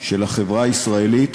החברה הישראלית,